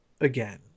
again